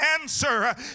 answer